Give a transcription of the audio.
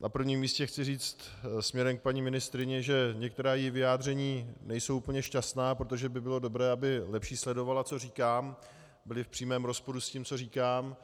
Na prvním místě chci říct směrem k paní ministryni, že některá její vyjádření nejsou úplně šťastná, protože by bylo dobré, aby lépe sledovala, co říkám, byla v přímém rozporu s tím, co říkám.